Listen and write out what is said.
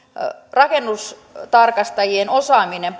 rakennustarkastajien osaaminen